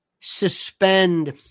Suspend